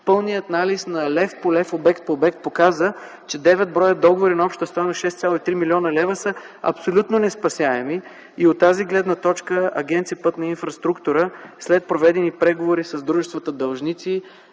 пълният анализ на лев по лев, обект по обект показа, че 9 бр. договори на обща стойност 6,3 млн. лв. са абсолютно неспасяеми. От тази гледна точка агенция „Пътна инфраструктура” след проведени преговори с дружествата длъжници